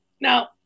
now